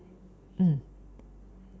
mm